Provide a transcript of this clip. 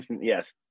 Yes